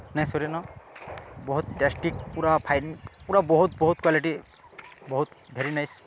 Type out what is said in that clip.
ନାଇ ସରେନ ବହୁତ୍ ଟେଷ୍ଟି ପୁରା ଫାଇନ୍ ପୁରା ବହୁତ୍ ବହୁତ୍ କ୍ଵାଲିଟି ବହୁତ୍ ଭେରି ନାଇସ୍